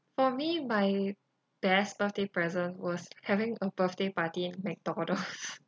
for me my best birthday present was having a birthday party in mcdonald's